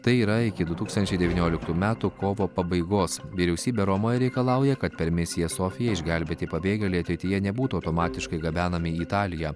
tai yra iki du tūkstančiai devynioliktų metų kovo pabaigos vyriausybė romoje reikalauja kad per misiją sofija išgelbėti pabėgėliai ateityje nebūtų automatiškai gabenami į italiją